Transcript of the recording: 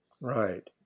Right